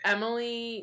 Emily